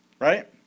right